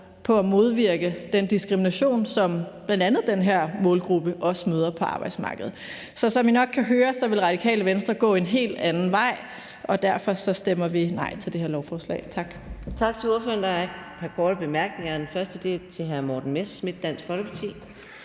på at modvirke den diskrimination, som bl.a. den her målgruppe også møder på arbejdsmarkedet. Så som I nok kan høre, vil Radikale Venstre gå en helt anden vej, og derfor stemmer vi nej til det her lovforslag. Tak.